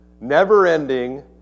never-ending